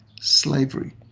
slavery